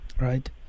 right